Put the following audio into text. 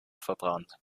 verbrannt